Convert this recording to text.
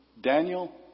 Daniel